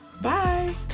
Bye